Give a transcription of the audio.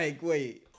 wait